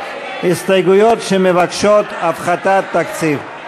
הסתייגויות שמבקשות הפחתת תקציב.